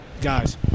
guys